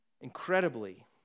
Incredibly